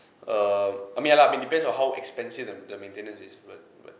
err I mean ya lah it depends on how expensive the the maintenance is but but